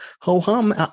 ho-hum